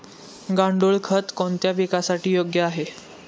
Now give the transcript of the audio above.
गांडूळ खत कोणत्या पिकासाठी योग्य आहे?